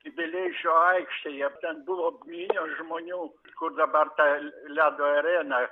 vileišio aikštėje ten buvo minios žmonių kur dabar ta ledo arena